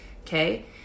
okay